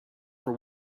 for